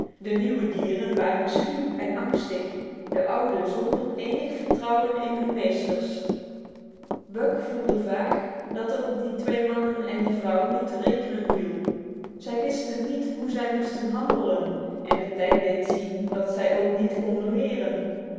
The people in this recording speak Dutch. de nieuwe dieren waren schuw en angstig de oude zonder enig vertrouwen in hun meesters buck voelde vaag dat er op die twee mannen en die vrouw niet te rekenen viel zij wisten niet hoe zij moesten handelen en de tijd deed zien dat zij ook niet konden leren